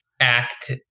act